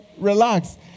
Relax